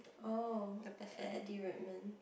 oh Eddie-Redmayne